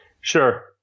Sure